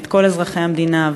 את כל אזרחי המדינה,